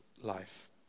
life